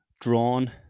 drawn